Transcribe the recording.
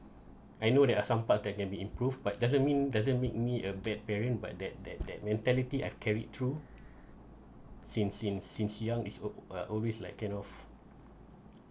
I know there are some parts that can be improved but doesn't mean doesn't make me a bad parent but that that that mentality I've carried through since since since young is al~ uh always like kind of